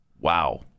Wow